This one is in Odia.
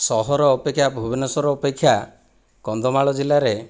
ସହର ଅପେକ୍ଷା ଭୁବନେଶ୍ୱର ଅପେକ୍ଷା କନ୍ଧମାଳ ଜିଲ୍ଲାରେ